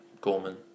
Gorman